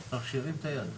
הלאה.